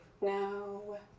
no